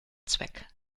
zweck